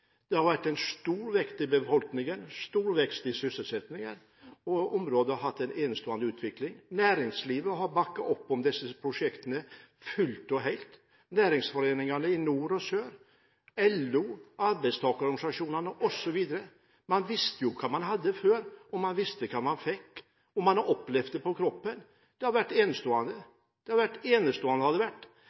stor vekst i befolkningen, en stor vekst i sysselsettingen, og området har hatt en enestående utvikling. Næringslivet har bakket opp om disse prosjektene fullt og helt – næringsforeningene i nord og sør, LO, arbeidstakerorganisasjonene osv. Man visste jo hva man hadde før, man visste hva man fikk, og man har opplevd det på kroppen – det har vært enestående. Det